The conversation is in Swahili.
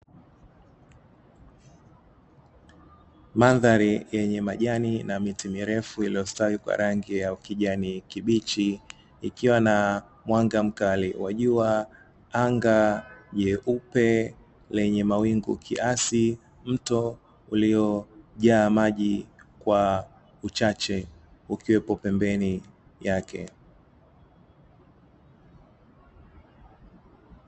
Mandhari yenye majani na miti mirefu iliyostawi kwa rangi ya ukijani kibichi. Ikiwa na mwanga mkali wa jua, anga jeupe lenye mawingu kiasi, mto uliojaa maji kwa uchache ukiwepo pembeni yake.